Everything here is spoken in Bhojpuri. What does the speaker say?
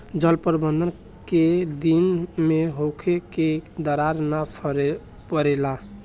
जल प्रबंधन केय दिन में होखे कि दरार न परेला?